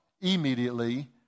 immediately